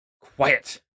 Quiet